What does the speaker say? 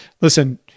listen